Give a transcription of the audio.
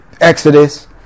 Exodus